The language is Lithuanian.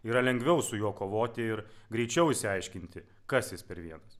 yra lengviau su juo kovoti ir greičiau išsiaiškinti kas jis per vienas